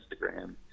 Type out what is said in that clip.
Instagram